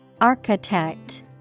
Architect